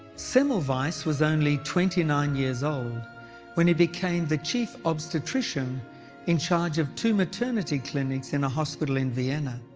semmelweis was only twenty nine years old when he became the chief obstetrician in charge of two maternity clinics in a hospital in vienna.